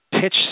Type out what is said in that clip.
pitch